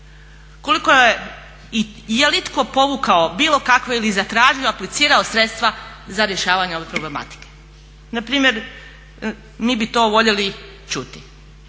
Koliko je i je li itko povukao bilo kako ili zatražio, aplicirao sredstva za rješavanje ove problematike. Npr. mi bi to voljeli čuti,